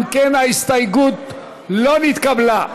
אם כן, ההסתייגות לא נתקבלה.